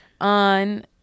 on